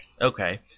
Okay